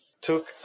took